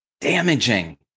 damaging